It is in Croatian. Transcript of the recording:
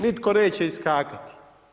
Nitko neće iskakati.